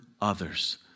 others